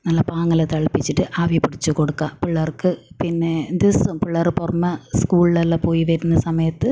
നല്ല പാങ്ങിൽ തിളപ്പിച്ചിട്ട് ആവിപിടിച്ച് കൊടുക്കുക പിള്ളെർക്ക് പിന്നെ ദിവസോം പിള്ളേരു പുറമേ സ്കൂളിലെല്ലാം പോയി വരുന്ന സമയത്ത്